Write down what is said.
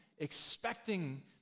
expecting